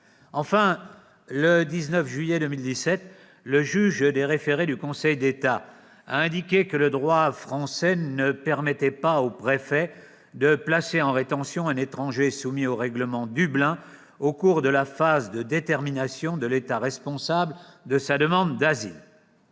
Enfin, le 19 juillet 2017, le juge des référés du Conseil d'État a indiqué que le droit français ne permettait pas au préfet de placer en rétention un étranger soumis au règlement Dublin au cours de la phase de détermination de l'État responsable de sa demande d'asile.